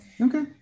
Okay